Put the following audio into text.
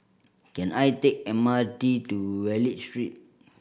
can I take the M R T to Wallich Street